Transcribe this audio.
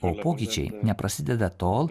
o pokyčiai neprasideda tol